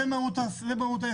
זה מהות ההסדרים.